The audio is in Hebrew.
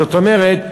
זאת אומרת,